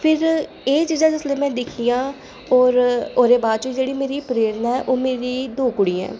फिर एह् चीजां जिसलै में दिक्खियां और ओह्दे बाद च जेह्ड़ी मेरी प्रेरणा ऐ ओह् मेरी दो कुड़ियां ऐं